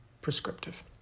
prescriptive